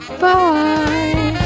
bye